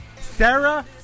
Sarah